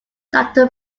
doctor